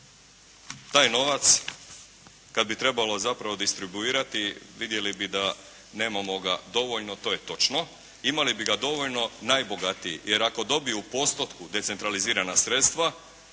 taj novac kada bi trebalo zapravo distribuirati vidjeli bi da nemamo ga dovoljno to je točno. Imali bi ga dovoljno najbogatiji, jer ako dobiju u postotku decentralizirana sredstva